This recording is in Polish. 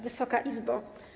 Wysoka Izbo!